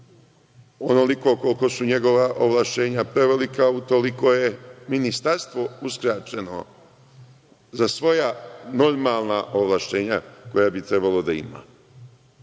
Onoliko koliko su njegova ovlašćenja prevelika, utoliko je Ministarstvo uskraćeno za svoja normalna ovlašćenja koja bi trebalo da ima. Ne